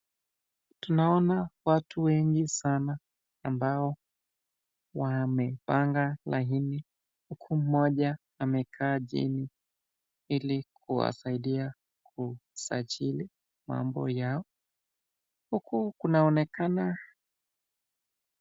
Tunaona watu wengi sana ambao wamepanga laini, huku moja amekaa chini kuwasaidia kusajili mambo yao. Huku kunanaonekana.